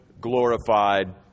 glorified